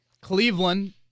Cleveland